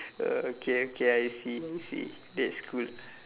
okay okay I see I see that's cool